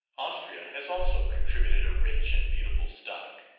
austria has also contributed a rich and beautiful stock.